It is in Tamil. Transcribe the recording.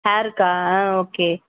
ஹேர்க்கா ஆ ஓகே